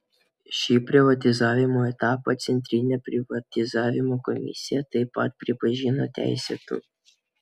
šį privatizavimo etapą centrinė privatizavimo komisija taip pat pripažino teisėtu